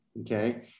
Okay